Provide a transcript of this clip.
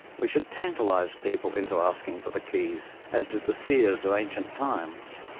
we should tantalise people into asking for the keys, as did the seers of ancient times.